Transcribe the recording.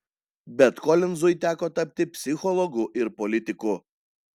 bet kolinzui teko tapti psichologu ir politiku